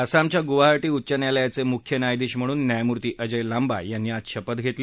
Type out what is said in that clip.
आसामच्या गोवाहाटी उच्च न्यायालयाचे मुख्य न्यायाधीश न्यायमूर्ती अजय लाबा म्हणून आज शपथ घेतली